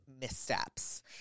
missteps